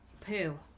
poo